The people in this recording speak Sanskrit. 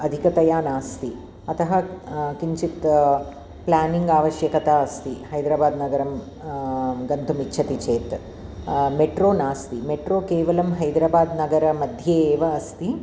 अधिकतया नास्ति अतः किञ्चित् प्लानिङ्ग् आवश्यकता अस्ति हैद्राबाद्नगरं गन्तुम् इच्छाति चेत् मेट्रो नास्ति मेट्रो केवलं हैद्राबाद्नगरमध्ये एव अस्ति